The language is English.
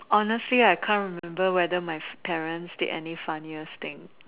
honestly I can't remember whether my parents did any funniest thing